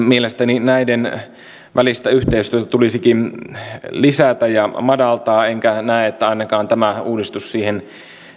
mielestäni näiden välistä yhteistyötä tulisikin lisätä ja madaltaa enkä näe että ainakaan tämä uudistus siihen